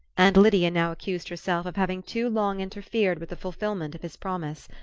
and lydia now accused herself of having too long interfered with the fulfilment of his promise.